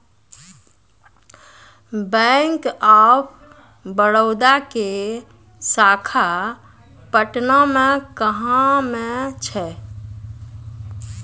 Bank of Baroda के शाखा पटना मे कहां मे छै?